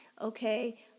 okay